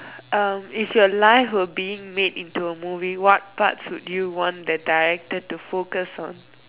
um if your life were being made into a movie what parts would you want the director to focus on